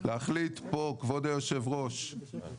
להחליט פה כבוד היו"ר,